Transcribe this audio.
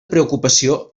preocupació